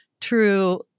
true